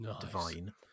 divine